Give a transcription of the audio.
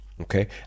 Okay